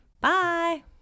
Bye